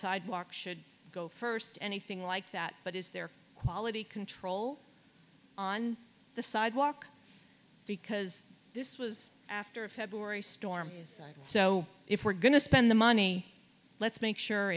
sidewalk should go first anything like that but is there quality control on the sidewalk because this was after a february storm so if we're going to spend the money let's make sure